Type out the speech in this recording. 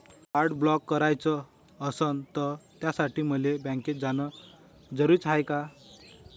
Card block कराच असनं त त्यासाठी मले बँकेत जानं जरुरी हाय का?